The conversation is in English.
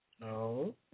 No